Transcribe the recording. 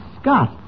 Scott